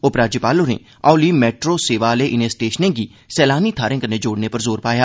उपराज्यपाल होरें हौली मेट्रो सेवा आह्ले इनें स्टेषनें गी सैलानी थाहरें कन्नै जोड़ने पर जोर पाया